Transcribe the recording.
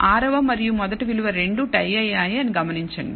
ఆరవ మరియు మొదటి విలువ రెండూ టై అయ్యాయి అని గమనించండి